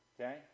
Okay